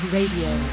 Radio